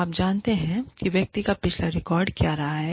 आप जानते हैं कि व्यक्ति का पिछला रिकॉर्ड क्या रहा है